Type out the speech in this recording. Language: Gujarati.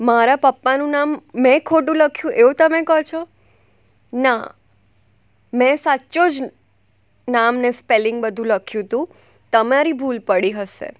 મારા પપ્પાનું નામ મે ખોટું લખ્યું એવું તમે કહો છો ના મેં સાચો જ નામ ને સ્પેલિંગ બધુ લખ્યું તું તમારી ભૂલ પડી હશે